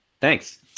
Thanks